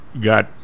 got